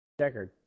Deckard